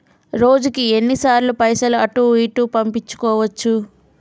రోజుకు ఎన్ని సార్లు పైసలు అటూ ఇటూ పంపించుకోవచ్చు?